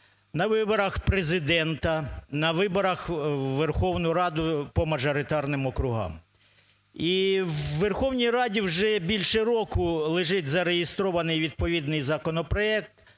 на виборах Президента, на виборах в Верховну Раду по мажоритарним округам. І в Верховній Раді вже більше року лежить зареєстрований відповідний законопроект.